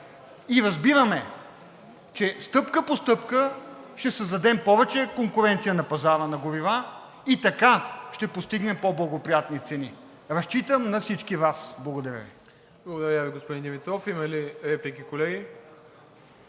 и разбираме, че стъпка по стъпка ще създадем повече конкуренция на пазара на горива и така ще постигнем по-благоприятни цени. Разчитам на всички Вас. Благодаря Ви. ПРЕДСЕДАТЕЛ МИРОСЛАВ ИВАНОВ: Благодаря Ви, господин Димитров. Има ли реплики, колеги?